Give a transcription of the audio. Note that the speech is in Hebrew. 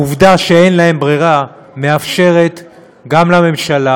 העובדה שאין להם ברירה מאפשרת גם לממשלה,